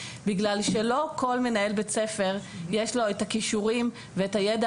בגלל שלא כל מנהל בית ספר יש לו את הכישורים ואת הידע